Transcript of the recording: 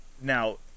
now